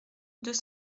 deux